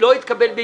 כדי לבלבל אותנו,